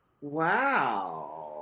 Wow